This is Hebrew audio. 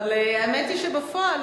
אבל האמת היא שבפועל,